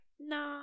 Nah